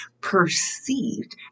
perceived